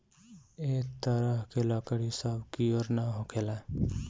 ए तरह के लकड़ी सब कियोर ना होखेला